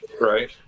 Right